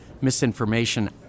misinformation